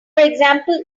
example